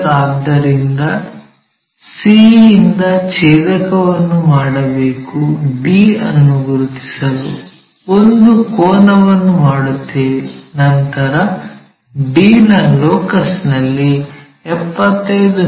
ಆದ್ದರಿಂದ c ಯಿಂದ ಛೇದಕವನ್ನು ಮಾಡಬೇಕು d ಅನ್ನು ಗುರುತಿಸಲು ಒಂದು ಕೋನವನ್ನು ಮಾಡುತ್ತೇವೆ ನಂತರ d ನ ಲೋಕಸ್ ನಲ್ಲಿ 75 ಮಿ